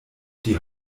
die